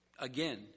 Again